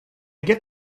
get